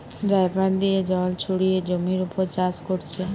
dripper দিয়ে জল ছড়িয়ে জমির উপর চাষ কোরছে